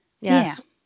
Yes